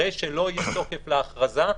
הרי שלא יהיה תוקף להכרזה,